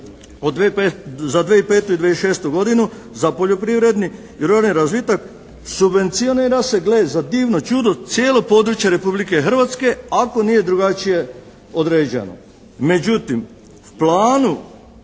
za 2005. i 2006. godinu za poljoprivredni i ruralni razvitak subvencionira se gle za divno čudo cijelo područje Republike Hrvatske ako nije drugačije određeno. Međutim, u planu